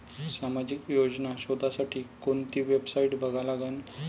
सामाजिक योजना शोधासाठी कोंती वेबसाईट बघा लागन?